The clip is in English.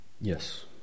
yes